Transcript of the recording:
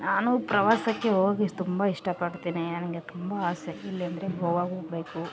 ನಾನು ಪ್ರವಾಸಕ್ಕೆ ಹೋಗಿ ತುಂಬ ಇಷ್ಟ ಪಡ್ತೀನಿ ನನಗೆ ತುಂಬ ಆಸೆ ಎಲ್ಲಿ ಅಂದರೆ ಗೋವಾಗೆ ಹೋಗಬೇಕು